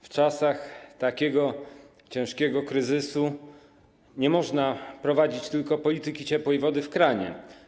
W czasach takiego ciężkiego kryzysu nie można prowadzić tylko polityki ciepłej wody w kranie.